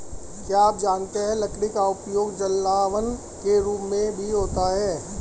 क्या आप जानते है लकड़ी का उपयोग जलावन के रूप में भी होता है?